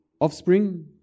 Offspring